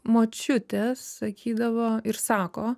močiutė sakydavo ir sako